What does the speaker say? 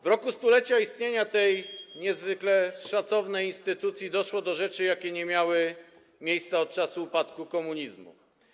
W roku stulecia istnienia tej niezwykle szanownej instytucji doszło do rzeczy, jakie nie miały miejsca od czasu upadku komunizmu.